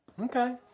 Okay